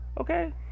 okay